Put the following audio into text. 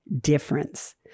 difference